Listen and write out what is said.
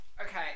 Okay